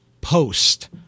post